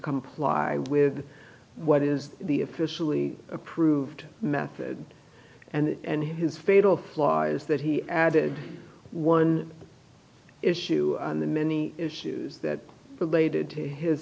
comply with what is the officially approved method and his fatal flaw is that he added one issue on the many issues that related to his